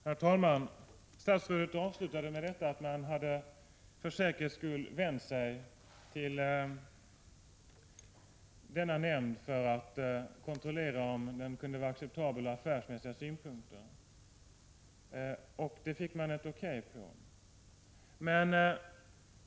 Herr talman! Statsrådet avslutade sitt förra inlägg med att säga att man för säkerhets skull har vänt sig till aktiemarknadsnämnden för att kontrollera om det hela kunde vara acceptabelt ur affärsmässiga synpunkter. Man fick till svar att det var O.K.